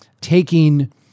taking